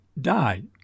died